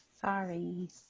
Sorry